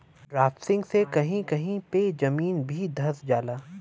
drafting से कही कही पे जमीन भी धंस जाला